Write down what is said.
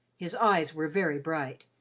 his eyes were very bright,